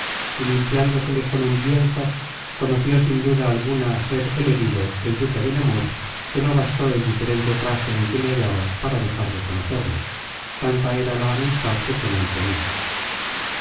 y limpiándosele con un lienzo conoció sin duda alguna ser el herido el duque de nemurs que no bastó el diferente traje en que le hallaba para dejar de conocerle tanta era la amistad que con él tenia